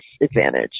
advantage